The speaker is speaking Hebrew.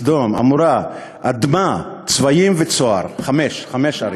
סדום, עמורה, אדמה, צבויים וצוער, חמש ערים.